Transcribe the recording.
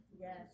Yes